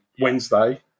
Wednesday